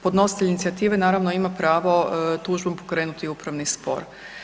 Podnositelj inicijative, naravno, ima pravo tužbom pokrenuti upravni spor.